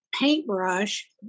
paintbrush